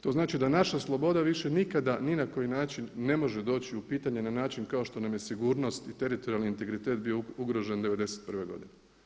To znači da naša sloboda više nikada ni na koji način ne može doći u pitanje na način kao što nam je sigurnost i teritorijalni integritet bio ugrožen '91. godine.